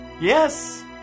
Yes